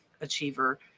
achiever